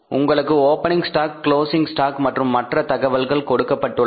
உங்களுக்கு opening stock closing stock மற்றும் மற்ற தகவல்கள் கொடுக்கப்பட்டுள்ளன